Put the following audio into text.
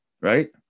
right